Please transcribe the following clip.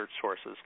sources